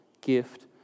gift